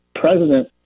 president